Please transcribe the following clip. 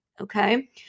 okay